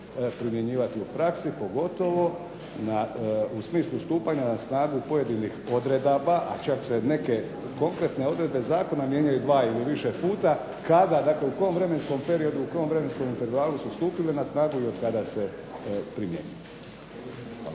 primjenjivati u praksi. Pogotovo u smislu stupanja na snagu pojedinih odredaba, a čak se neke konkretne odredbe zakona mijenjaju 2 ili više puta kada, dakle u kom vremenskom periodu u kom vremenskom intervalu su stupile na snagu i od kada se primjenjuju. Hvala.